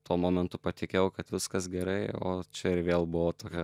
tuo momentu patikėjau kad viskas gerai o čia ir vėl buvo tokia